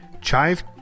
chive